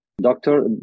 doctor